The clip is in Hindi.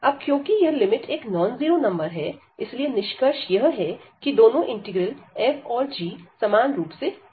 अब क्योंकि यह लिमिट एक नॉन जीरो नंबर है इसीलिए निष्कर्ष यह है कि दोनों इंटीग्रल f और g समान रूप से व्यवहार करेंगे